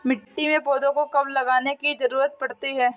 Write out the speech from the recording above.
मिट्टी में पौधों को कब लगाने की ज़रूरत पड़ती है?